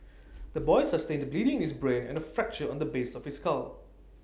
the boy sustained bleeding in his brain and A fracture on the base of his skull